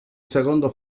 secondo